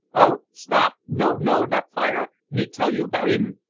oh! stop! no no! not fire! me tell you about im.